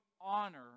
honor